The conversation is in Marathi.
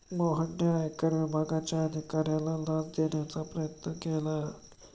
मोहनने आयकर विभागाच्या अधिकाऱ्याला लाच देण्याचा प्रयत्न केला